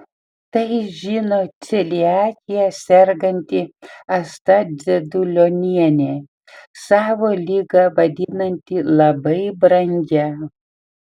tai žino celiakija serganti asta dzedulionienė savo ligą vadinanti labai brangia